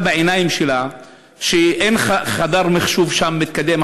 בעיניים שלה שאין שם חדר מחשב מתקדם.